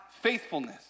faithfulness